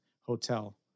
hotel